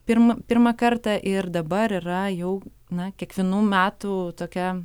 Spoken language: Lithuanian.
pirmą pirmą kartą ir dabar yra jau na kiekvienų metų tokia